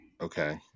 Okay